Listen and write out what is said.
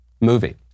movie